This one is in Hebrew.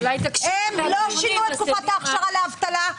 הם לא שינו את תקופת ההכשרה לאבטלה.